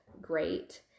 great